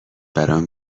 برام